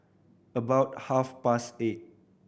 about half past eight